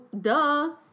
duh